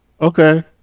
Okay